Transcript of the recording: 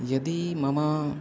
यदि मम